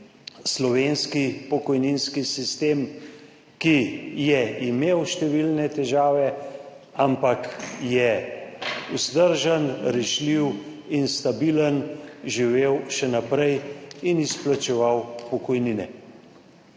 slovenski pokojninski sistem, ki je imel številne težave, ampak je vzdržen, rešljiv in stabilen živel še naprej in izplačeval pokojnine.